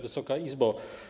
Wysoka Izbo!